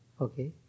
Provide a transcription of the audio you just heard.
Okay